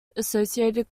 associated